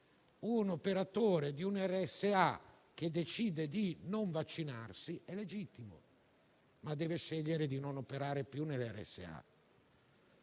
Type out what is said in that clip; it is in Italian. un operatore di una RSA decide di non vaccinarsi, è legittimo, ma deve scegliere di non operare più in